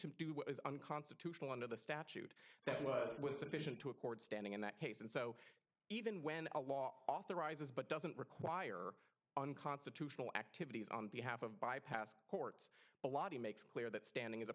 was unconstitutional under the statute that was sufficient to a court standing in that case and so even when a law authorizes but doesn't require unconstitutional activities on behalf of bypassing courts but lottie makes clear that standing is